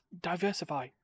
diversify